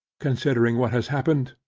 considering what has happened!